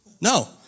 No